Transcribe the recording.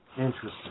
Interesting